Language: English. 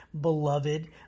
beloved